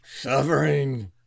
suffering